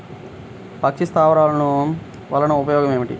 పక్షి స్థావరాలు వలన ఉపయోగం ఏమిటి?